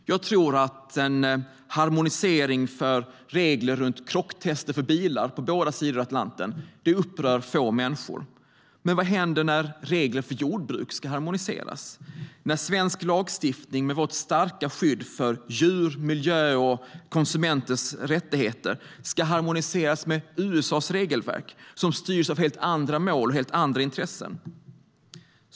Jag tror att en harmonisering av regler för krocktester för bilar på båda sidor av Atlanten upprör få människor. Men vad händer när regler för jordbruk ska harmoniseras, när svensk lagstiftning med vårt starka skydd för djur, miljö och konsumenters rättigheter ska harmoniseras med USA:s regelverk, som styrs av helt andra mål och intressen?